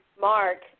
Mark